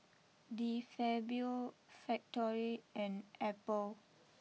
De Fabio Factory and Apple